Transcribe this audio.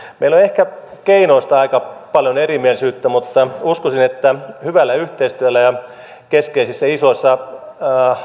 meillä on ehkä keinoista aika paljon erimielisyyttä mutta uskoisin että hyvällä yhteistyöllä ja keskeisissä isoissa